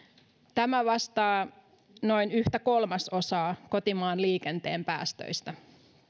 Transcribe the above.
tämä vastaa noin yhtä kolmasosaa kotimaan liikenteen päästöistä